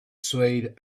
swayed